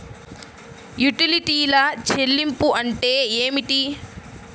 యుటిలిటీల చెల్లింపు అంటే ఏమిటి?